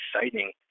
exciting